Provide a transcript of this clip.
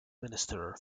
minister